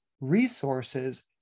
resources